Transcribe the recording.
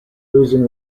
losing